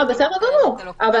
בסדר גמור, אבל